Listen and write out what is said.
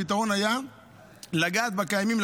הפתרון היה לגעת בקיימים,